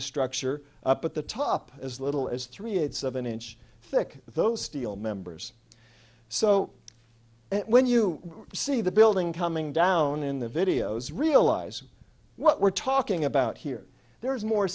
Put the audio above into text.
the structure up at the top as little as three and seven inch thick with those steel members so when you see the building coming down in the videos realize what we're talking about here there is more